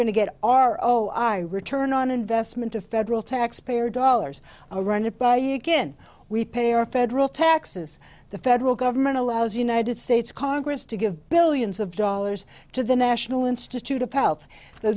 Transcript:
to get our o i return on investment of federal taxpayer dollars or run it by again we pay our federal taxes the federal government allows united states congress to give billions of dollars to the national institute